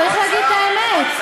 צריך להגיד את האמת.